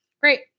great